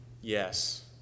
yes